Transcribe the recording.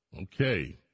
Okay